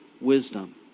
wisdom